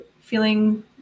feeling